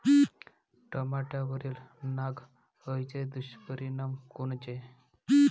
टमाट्यावरील नाग अळीचे दुष्परिणाम कोनचे?